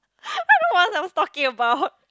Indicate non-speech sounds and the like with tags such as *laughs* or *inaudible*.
*laughs* I don't know what I was talking about